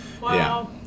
Wow